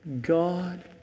God